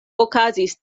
okazis